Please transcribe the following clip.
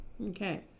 Okay